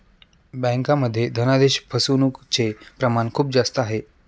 बँकांमध्ये धनादेश फसवणूकचे प्रमाण खूप जास्त आहे